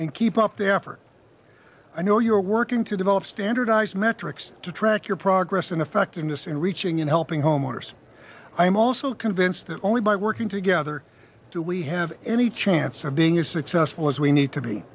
and keep up the effort i know you're working to develop standardized metrics to track your progress and effectiveness in reaching in helping homeowners i'm also convinced that only by working together do we have any chance of being as successful as we need to be